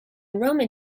roman